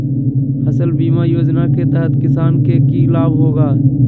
फसल बीमा योजना के तहत किसान के की लाभ होगा?